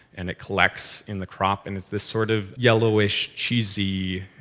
and it collects in the crop, and it's this sort of yellowish, cheesy,